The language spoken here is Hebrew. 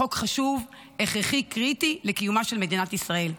חוק חשוב, הכרחי וקריטי לקיומה של מדינת ישראל.